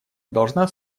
должна